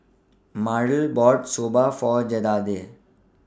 Myrle bought Soba For Jedediah